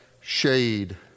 shade